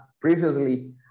previously